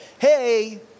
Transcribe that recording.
hey